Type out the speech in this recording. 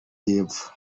y’epfo